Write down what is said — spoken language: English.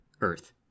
Earth